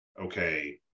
okay